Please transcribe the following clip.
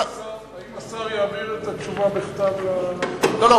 האם השר יעביר את התשובה בכתב, לא, לא.